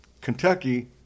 Kentucky